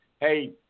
Hey